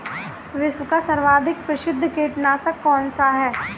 विश्व का सर्वाधिक प्रसिद्ध कीटनाशक कौन सा है?